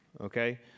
okay